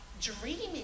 dreaming